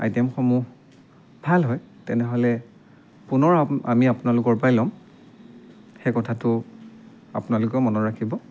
আইটেমসমূহ ভাল হয় তেনেহ'লে পুনৰ আপ আমি আপোনালোকৰ পৰাই ল'ম সেই কথাটো আপোনালোকেও মনত ৰাখিব